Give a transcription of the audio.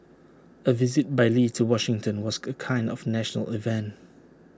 A visit by lee to Washington was A kind of national event